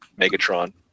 Megatron